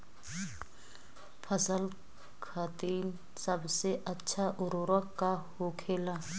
फसल खातीन सबसे अच्छा उर्वरक का होखेला?